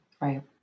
Right